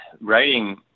writing